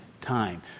time